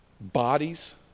bodies